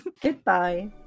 goodbye